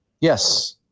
Yes